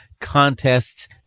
contests